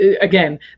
again